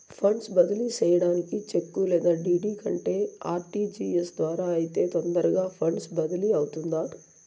funds బదిలీ సేయడానికి cheque లేదా డీ.డీ కంటే ఆర్.టి.జి.ఎస్ ద్వారా అయితే తొందరగా ఫండ్స్ బదిలీ అవుతుందా